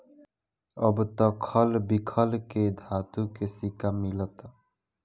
अब त खल बिखल के धातु के सिक्का मिलता